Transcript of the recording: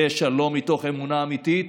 זה שלום מתוך אמונה אמיתית